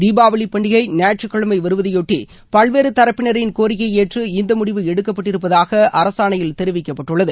தீபாவளி பண்டிகை ஞாயிற்றுக்கிழமை வருவதையொட்டி பல்வேறு தரப்பினரின் கோரிக்கையை ஏற்று இந்த முடிவு எடுக்கப்பட்டிருப்பதாக அரசாணையில் தெரிவிக்கப்பட்டுள்ளது